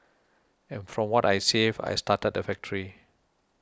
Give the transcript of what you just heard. and from what I saved I started the factory